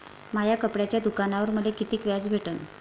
माया कपड्याच्या दुकानावर मले कितीक व्याज भेटन?